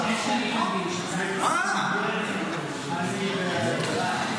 אתה דורס את